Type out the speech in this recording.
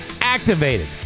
activated